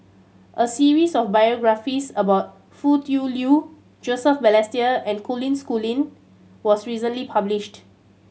a series of biographies about Foo Tui Liew Joseph Balestier and Colin Schooling was recently published